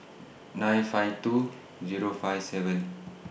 nine five two Zero five seven